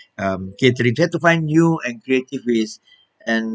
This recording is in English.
um catering and we have to find new creative ways and